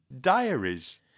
Diaries